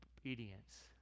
obedience